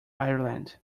ireland